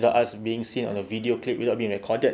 without us being seen on the video clip without being recorded